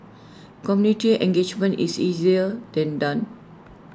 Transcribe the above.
community engagement is easier than done